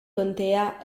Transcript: contea